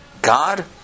God